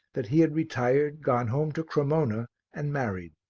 that he had retired, gone home to cremona and married.